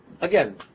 Again